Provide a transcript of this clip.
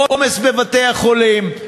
עומס בבתי-החולים,